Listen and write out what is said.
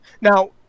Now